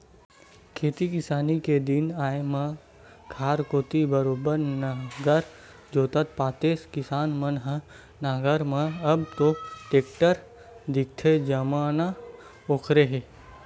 खेती किसानी के दिन आय म खार कोती बरोबर नांगर जोतत पातेस किसान मन ल नांगर म अब तो टेक्टर दिखथे जमाना ओखरे हे